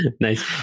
Nice